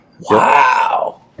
Wow